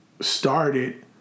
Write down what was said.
started